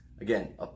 again